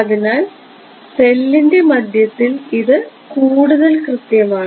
അതിനാൽ സെല്ലിന്റെ മധ്യത്തിൽ ഇത് കൂടുതൽ കൃത്യമാണ്